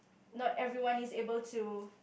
not everyone is able to